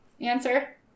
Answer